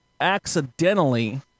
Accidentally